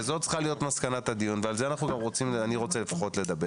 וזאת צריכה להיות מסקנת הדיון ועל זה אני רוצה לדבר